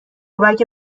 اگه